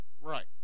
Right